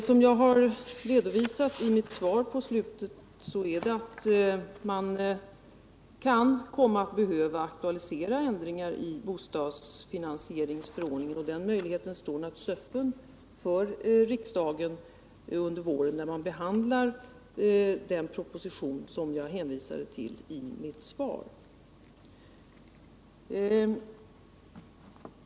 Som jag redovisat i slutet av mitt svar kan man komma att behöva aktualisera ändringar i bostadsfinansieringsförordningen. Riksdagen har naturligtvis möjligheter att göra detta under våren, när den behandlar den proposition som jag hänvisade till i mitt svar.